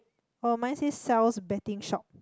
oh mine says sells betting shop